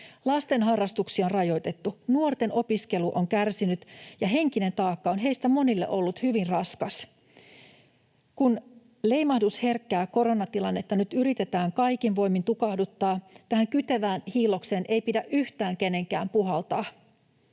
Lasten harrastuksia on rajoitettu, nuorten opiskelu on kärsinyt, ja henkinen taakka on heistä monille ollut hyvin raskas. Kun leimahdusherkkää koronatilannetta nyt yritetään kaikin voimin tukahduttaa, tähän kytevään hiillokseen ei pidä yhtään kenenkään puhaltaa,